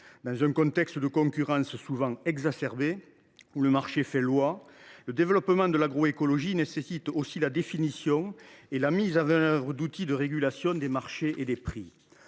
Dans un contexte de concurrence souvent exacerbée où le marché fait loi, le développement de l’agroécologie nécessite aussi la définition et la mise en œuvre d’outils de régulation des marchés et des prix.